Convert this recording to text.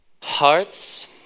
Hearts